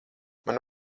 man